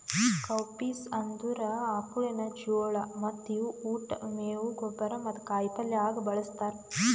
cowpeas ಅಂದುರ್ ಆಕುಳಿನ ಜೋಳ ಮತ್ತ ಇವು ಉಟ್, ಮೇವು, ಗೊಬ್ಬರ ಮತ್ತ ಕಾಯಿ ಪಲ್ಯ ಆಗ ಬಳ್ಸತಾರ್